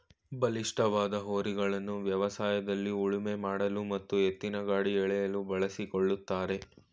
ಬಲಿಷ್ಠವಾದ ಹೋರಿಗಳನ್ನು ವ್ಯವಸಾಯದಲ್ಲಿ ಉಳುಮೆ ಮಾಡಲು ಮತ್ತು ಎತ್ತಿನಗಾಡಿ ಎಳೆಯಲು ಬಳಸಿಕೊಳ್ಳುತ್ತಾರೆ